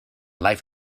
life